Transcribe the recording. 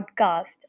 podcast